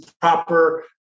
proper